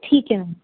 ਠੀਕ ਹੈ ਮੈਮ